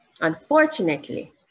Unfortunately